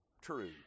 true